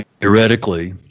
theoretically